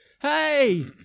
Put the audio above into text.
Hey